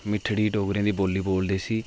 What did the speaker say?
मिठड़ी डोगरें दी बोली बोलदे हे